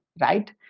right